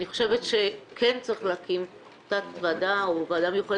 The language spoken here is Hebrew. לדעתי, כן צריך להקים תת-ועדה או ועדה מיוחדת